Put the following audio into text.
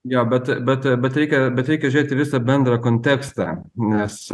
jo bet bet bet reikia bet reikia žiūrėti visą bendrą kontekstą nes